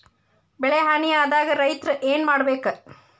ಬೆಳಿ ಹಾನಿ ಆದಾಗ ರೈತ್ರ ಏನ್ ಮಾಡ್ಬೇಕ್?